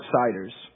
outsiders